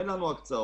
אין לנו הקצאות,